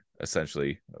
essentially